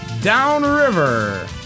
downriver